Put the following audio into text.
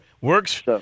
Works